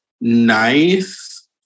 nice